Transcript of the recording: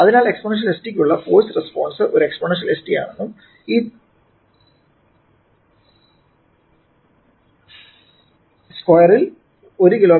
അതിനാൽ exponential st ക്കുള്ള force response ഒരു എക്സ്പോണൻഷ്യൽ st ആണെന്നും ഈ സ്ക്വയർ 1 കി